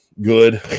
good